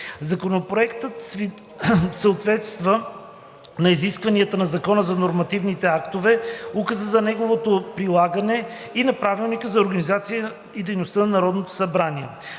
Законопроектът съответства на изискванията на Закона за нормативните актове, указа за неговото прилагане и на Правилника за